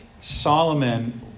Solomon